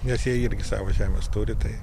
nes jie irgi savos žemės turi tai